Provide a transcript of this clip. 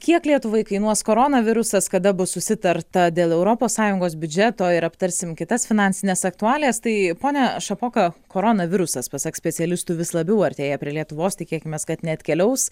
kiek lietuvai kainuos koronavirusas kada bus susitarta dėl europos sąjungos biudžeto ir aptarsim kitas finansines aktualijas tai pone šapoka koronavirusas pasak specialistų vis labiau artėja prie lietuvos tikėkimės kad neatkeliaus